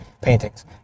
paintings